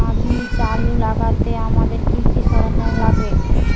বীজ আলু লাগাতে আমাদের কি কি সরঞ্জাম লাগে?